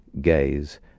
gaze